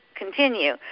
continue